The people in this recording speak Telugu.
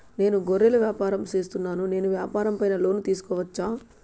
నేను గొర్రెలు వ్యాపారం సేస్తున్నాను, నేను వ్యాపారం పైన లోను తీసుకోవచ్చా?